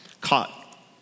caught